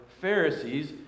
Pharisees